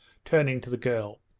turning to the girl.